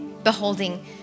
Beholding